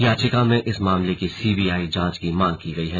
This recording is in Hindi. याचिका में इस मामले की सीबीआई जांच की मांग की गई है